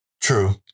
True